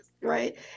Right